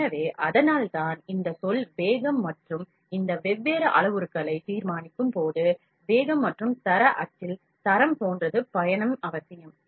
எனவே அதனால்தான் இந்த சொல் வேகம் மற்றும் இந்த வெவ்வேறு அளவுருக்களை தீர்மானிக்கும் போது வேகம் மற்றும் தர அச்சில் தரம் போன்றது பயணம் அவசியம்